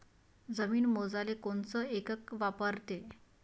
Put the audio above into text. जमीन मोजाले कोनचं एकक वापरते?